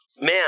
man